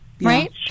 right